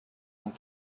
and